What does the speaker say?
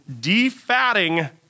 defatting